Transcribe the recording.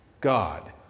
God